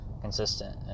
consistent